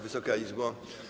Wysoka Izbo!